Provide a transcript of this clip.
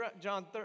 John